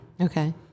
Okay